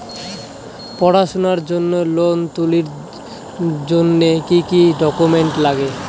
পড়াশুনার জন্যে লোন তুলির জন্যে কি কি ডকুমেন্টস নাগে?